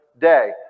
day